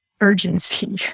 urgency